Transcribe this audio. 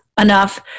enough